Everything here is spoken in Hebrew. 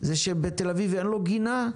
שבתל-אביב אין לו גינה,